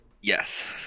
Yes